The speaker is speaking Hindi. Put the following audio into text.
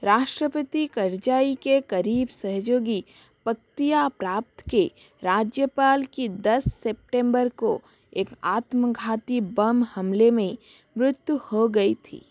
राष्ट्रपति करज़ई के करीब सहयोगी पक्तिया प्राप्त के राज्यपाल की दस सेप्टेम्बर को एक आत्मघाती बम हमले में मृत्यु हो गई थी